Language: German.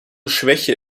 schwäche